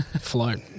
Float